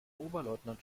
oberleutnant